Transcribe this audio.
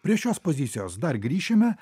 prie šios pozicijos dar grįšime